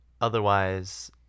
otherwise